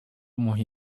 amuha